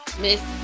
miss